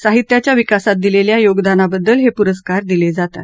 साहित्याच्या विकासात दिलेल्या योगदानाबद्दल हे पुरस्कार दिले जातात